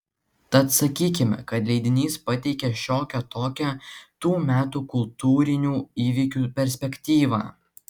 tad sakykime kad leidinys pateikė šiokią tokią tų metų kultūrinių įvykių perspektyvą